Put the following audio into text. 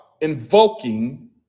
invoking